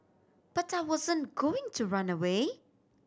but I wasn't going to run away